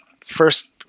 first